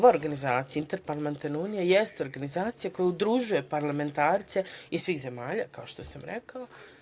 Interparlamentarna unija je organizacija koja udružuje parlamentarce iz svih zemalja, kao što sam rekao.